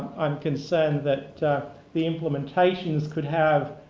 i'm concerned that the implementations could have,